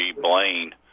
Blaine